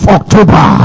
October